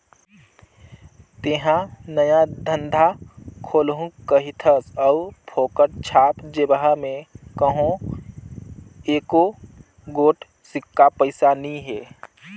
तेंहा नया धंधा खोलहू कहिथस अउ फोकट छाप जेबहा में कहों एको गोट सिक्का पइसा नी हे